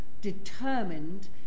determined